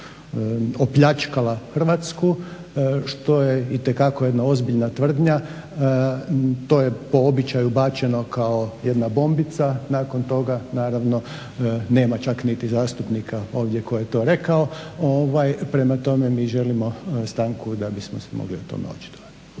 opljačkao Hrvatsku što je itekako jedna ozbiljna tvrdnja. To je po običaju bačeno kao jedna bombica, nakon toga naravno, nema čak niti zastupnika ovdje koji je to rekao. Prema tome, mi želimo stanku da bismo se mogli o tome očitovati.